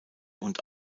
und